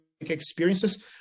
experiences